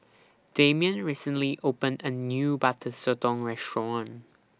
Damian recently opened A New Butter Sotong Restaurant